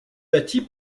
bâtie